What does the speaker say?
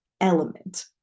element